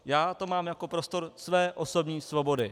Já to mám jako prostor své osobní svobody.